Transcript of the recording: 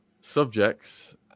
subjects